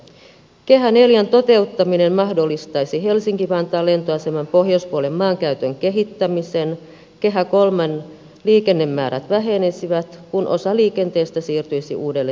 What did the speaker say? kehä ivn toteuttaminen mahdollistaisi helsinki vantaan lentoaseman pohjoispuolen maankäytön kehittämisen ja kehä iiin liikennemäärät vähenisivät kun osa liikenteestä siirtyisi uudelle tieyhteydelle